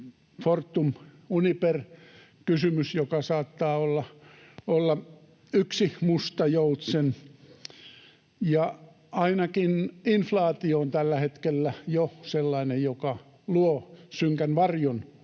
Fortum-Uniper-kysymys, joka saattaa olla yksi musta joutsen. Ja ainakin inflaatio on tällä hetkellä jo sellainen, että se luo synkän varjon